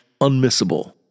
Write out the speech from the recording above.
unmissable